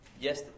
yes